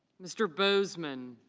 mr. boseman.